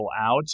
out